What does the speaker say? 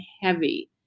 heavy